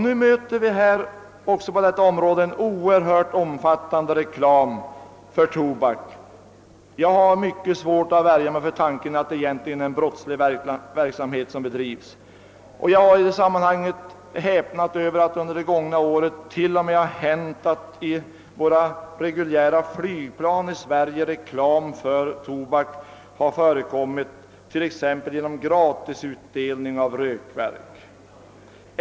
Nu möter vi också en oerhört omfattande reklam för tobak. Jag har mycket svårt att värja mig för tanken att det egentligen är en brottslig verksamhet som bedrivs, och jag har häpnat över att det under det gångna året till och med hänt att i våra reguljära flygplan iSverige reklam för tobak har förekommit, t.ex. genom gratisutdelning av rökverk.